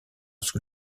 sous